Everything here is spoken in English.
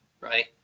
right